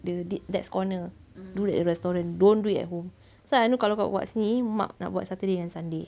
the did Dad's Corner do at the restaurant don't do it at home pasal anu kalau kau nak buat dekat sini mak nak buat saturday and sunday